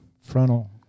frontal